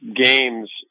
games